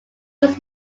was